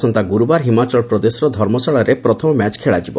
ଆସନ୍ତା ଗ୍ରରବାର ହିମାଚଳ ପ୍ରଦେଶର ଧର୍ମଶାଳାରେ ପ୍ରଥମ ମ୍ୟାଚ ଖେଳାଯିବ